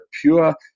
pure